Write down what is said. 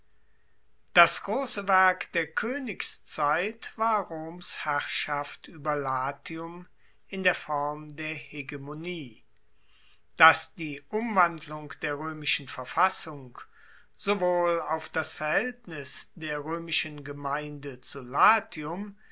das grosse werk der koenigszeit war roms herrschaft ueber latium in der form der hegemonie dass die umwandlung der roemischen verfassung sowohl auf das verhaeltnis der roemischen gemeinde zu latium